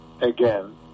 Again